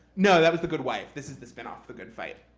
no, that was the good wife. this is the spin-off, the good fight.